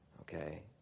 Okay